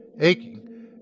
aching